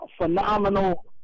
phenomenal